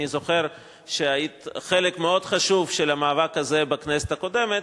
אני זוכר שהיית חלק מאוד חשוב של המאבק הזה בכנסת הקודמת,